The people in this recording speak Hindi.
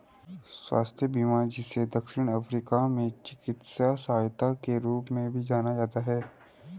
स्वास्थ्य बीमा जिसे दक्षिण अफ्रीका में चिकित्सा सहायता के रूप में भी जाना जाता है